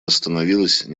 остановилась